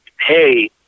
Hey